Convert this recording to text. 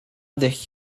ddull